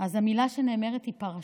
המילה שנאמרת היא "פרשה":